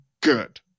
good